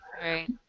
Right